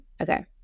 Okay